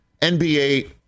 NBA